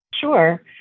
Sure